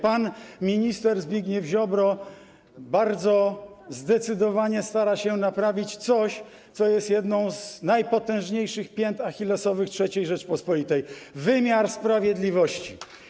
Pan minister Zbigniew Ziobro bardzo zdecydowanie stara się naprawić coś, co jest jedną z najpotężniejszych pięt achillesowych III Rzeczypospolitej: wymiar sprawiedliwości.